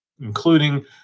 including